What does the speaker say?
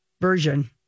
version